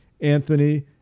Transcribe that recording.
Anthony